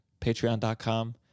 Patreon.com